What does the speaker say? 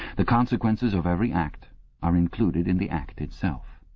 the consequences of every act are included in the act itself.